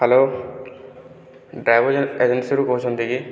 hello driver ଏଜେନ୍ସିରୁ କହୁଛନ୍ତି କି